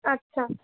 আচ্ছা